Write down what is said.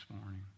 morning